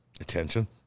Attention